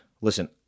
Listen